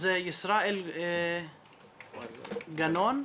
ישראל גנון,